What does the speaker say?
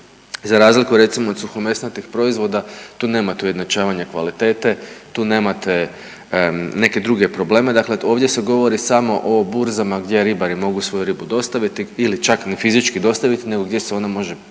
za razliku, recimo od suhomesnatih proizvoda, tu nema, tu ujednačavanja kvalitete, tu nemate neke druge probleme, dakle ovdje se govori samo o burzama gdje ribari mogu svoju ribu dostaviti ili čak ni fizički dostaviti nego gdje se ona može prodati